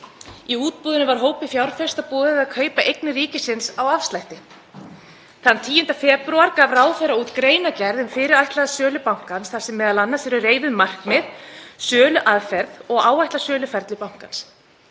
Í útboðinu var hópi fjárfesta boðið að kaupa eignir ríkisins á afslætti. Þann 10. febrúar gaf ráðherra út greinargerð um fyrirætlanir um sölu bankans þar sem m.a. eru reifuð markmið, söluaðferð og áætlað söluferli bankans.